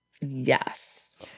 Yes